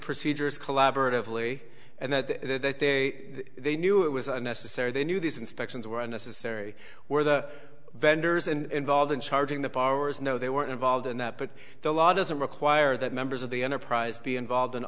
procedures collaboratively and that there that they they knew it was unnecessary they knew these inspections were necessary where the vendors and involved in charging the powers know they were involved in that but the law doesn't require that members of the enterprise be involved in